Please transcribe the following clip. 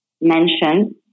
mentioned